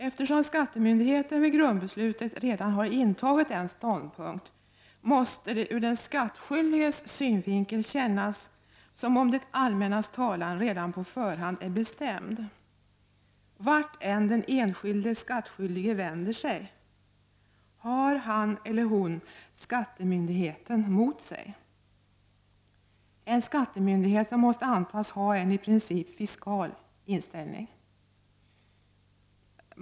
Eftersom skattemyndigheten vid grundbeslutet redan har intagit en ståndpunkt, måste det ur den skattskyldiges synvinkel kännas som om det allmännas talan redan på förhand är bestämd. Vart än den enskilde skattskyldige vänder sig har han eller hon skattemyndigheten mot sig, en skattemyndighet som måste antas ha en i princip fiskal inställning.